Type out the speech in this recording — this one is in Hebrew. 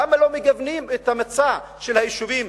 למה לא מגוונים את ההיצע של היישובים,